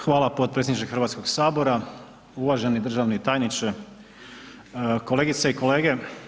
Hvala potpredsjedniče Hrvatskog sabora, uvaženi državni tajniče, kolegice i kolege.